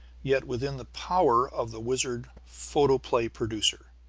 yet within the power of the wizard photoplay producer.